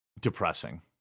depressing